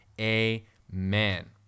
Amen